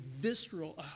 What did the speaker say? visceral